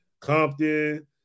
Compton